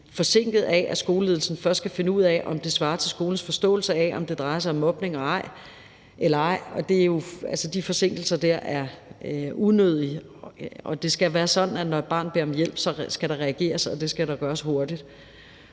forsinket af, at skoleledelsen først skal finde ud af, om det svarer til skolens forståelse af, om det drejer sig om mobning eller ej. De forsinkelser dér er unødige, og det skal være sådan, at når et barn beder om hjælp, skal der reageres, og det skal der gøres hurtigt.